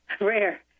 Rare